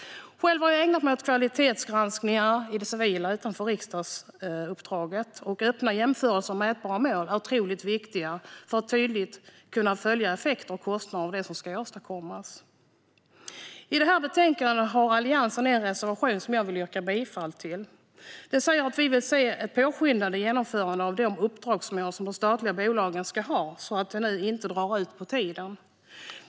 Själv har jag ägnat mig åt kvalitetsgranskningar i det civila, utanför riksdagsuppdraget. Öppna jämförelser och mätbara mål är otroligt viktiga för att man tydligt ska kunna följa effekter och kostnader av det som ska åstadkommas. I detta betänkande har Alliansen en reservation som jag vill yrka bifall till. Den säger att vi vill se ett påskyndat genomförande av de uppdragsmål som de statliga bolagen ska ha, så att det inte drar ut på tiden.